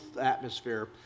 atmosphere